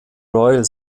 royal